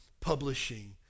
publishing